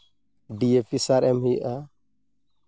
DAP ᱥᱟᱨ ᱮᱢ ᱦᱩᱭᱩᱜᱼᱟ